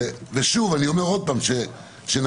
אני אומר שוב,